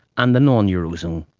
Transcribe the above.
and the non-eurozone,